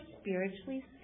spiritually